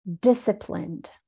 disciplined